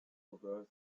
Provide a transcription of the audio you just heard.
over